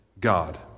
God